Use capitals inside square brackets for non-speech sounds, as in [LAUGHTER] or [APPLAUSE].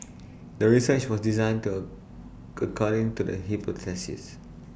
[NOISE] the research was designed [UNINTELLIGIBLE] according to the hypothesis